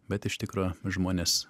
bet iš tikro žmonės